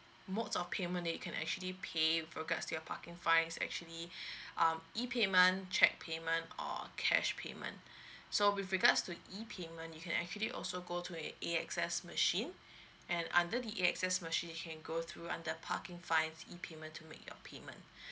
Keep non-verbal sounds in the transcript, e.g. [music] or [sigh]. modes of payment that you can actually pay with regards to your parking fine is actually [breath] um e payment cheque payment or cash payment so with regards to e payment you can actually also go to a A_S_X machine and under the A_S_X machine you can go through under parking fines e payment to make your payment